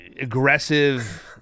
aggressive